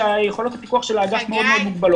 כי יכולות הפיקוח של האגף מאוד מאוד מוגבלות.